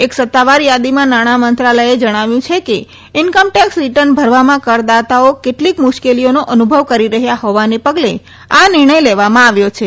એક સત્તાવાર યાદીમાં નાણાં મંત્રાલયે જણાવ્યું છે કે ઈન્કમટેક્ષ રીટર્ન ભરવામાં કરદાતાઓ કેટલીક મુશ્કેલીઓનો અનુભવ કરી રહયા હોવાના પગલે આ નિર્ણય લેવામાં આવ્યો છે